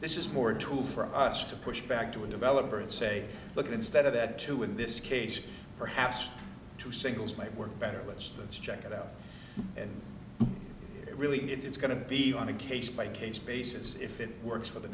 this is more a tool for us to push back to a developer and say look instead of that two in this case perhaps two singles might work better let's check it out and it really it is going to be on a case by case basis if it works for the